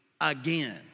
again